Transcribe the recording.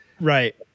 Right